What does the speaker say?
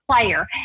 player